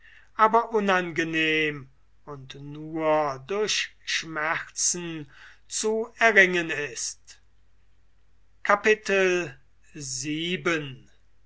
aber unangenehm und durch schmerzen zu erringen ist